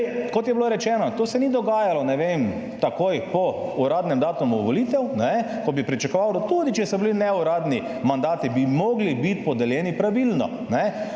kot je bilo rečeno, to se ni dogajalo, ne vem, takoj po uradnem datumu volitev, ko bi pričakoval, da tudi če so bili neuradni mandati bi mogli biti podeljeni pravilno.